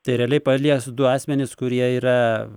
tai realiai palies du asmenis kurie yra